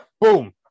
Boom